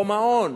או מעון,